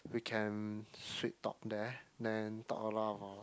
we can sweet talk there then talk a lot about